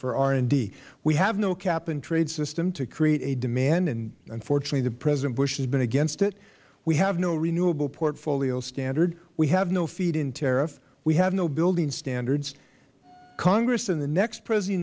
for r and d we have no cap and trade system to create a demand and unfortunately president bush has been against it we have no renewable portfolio standard we have no feed in tariff we have no building standards congress and the next president